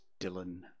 Dylan